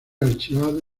archivado